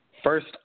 First